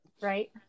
right